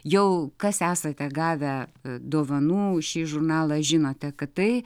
jau kas esate gavę dovanų šį žurnalą žinote kad tai